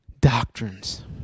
doctrines